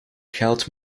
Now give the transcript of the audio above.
geld